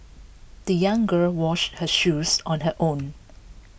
the young girl washed her shoes on her own